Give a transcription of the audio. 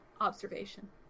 observation